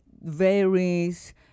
varies